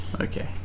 Okay